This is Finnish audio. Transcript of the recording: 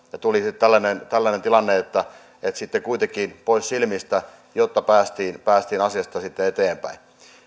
tuli tällainen tilanne että sitten kuitenkin pois silmistä jotta päästiin päästiin asiassa eteenpäin